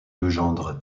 legendre